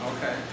Okay